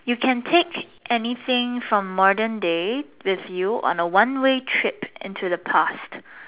you can take anything from modern day with you on a one way trip into the past